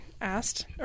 asked